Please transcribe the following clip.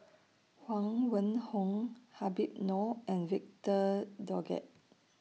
Huang Wenhong Habib Noh and Victor Doggett